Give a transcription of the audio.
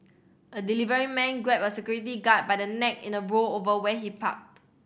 a delivery man grabbed a security guard by the neck in a row over where he parked